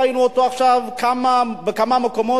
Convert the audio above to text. ראינו עכשיו בכמה מקומות,